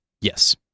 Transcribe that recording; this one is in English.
Yes